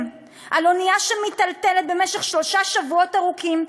על אונייה שמיטלטלת במשך שלושה שבועות ארוכים,